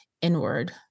inward